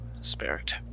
Spirit